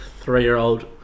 three-year-old